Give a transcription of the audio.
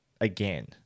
again